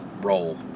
role